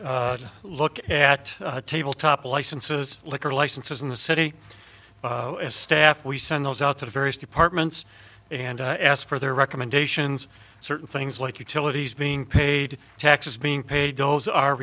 look at table top licenses liquor licenses in the city staff we send those out to the various departments and ask for their recommendations certain things like utilities being paid taxes being paid those are